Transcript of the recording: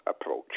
approach